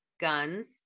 Guns